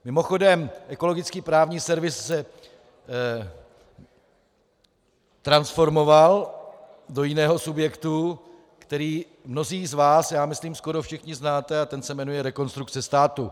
Mimochodem Ekologický právní servis se transformoval do jiného subjektu, který mnozí z vás, já myslím skoro všichni, znáte, a ten se jmenuje Rekonstrukce státu.